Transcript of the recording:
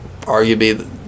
arguably